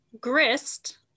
GRIST